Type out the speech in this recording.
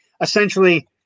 essentially